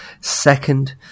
second